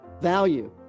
value